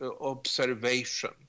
observation